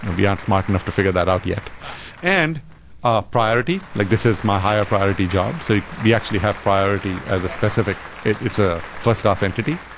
and we aren't smart enough to figure that out yet and ah priority. like this is my higher priority job. so we actually have priority as a specific it's a first-class entity.